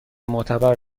معتبر